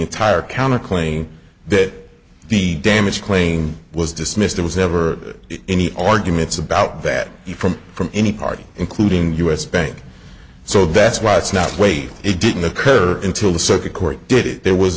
entire counter claim that the damage claim was dismissed it was never any arguments about that from from any party including u s bank so that's why it's not wait it didn't occur until the circuit court did it there was